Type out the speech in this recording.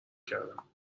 کردم